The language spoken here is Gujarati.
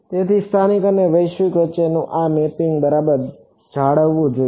તેથી સ્થાનિક અને વૈશ્વિક વચ્ચેનું આ મેપિંગ બરાબર જાળવવું જોઈએ